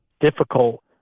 difficult –